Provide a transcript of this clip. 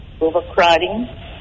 Overcrowding